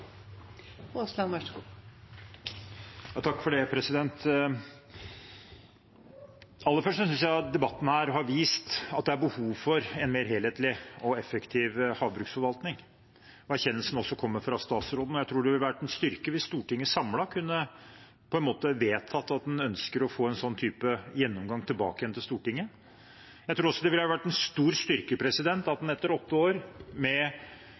behov for en mer helhetlig og effektiv havbruksforvaltning, og at erkjennelsen også kommer fra statsråden. Jeg tror det ville vært en styrke hvis Stortinget samlet kunne vedtatt at en ønsker å få en slik type gjennomgang tilbake til Stortinget. Jeg tror også det ville vært en stor styrke om en etter åtte år med